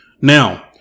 Now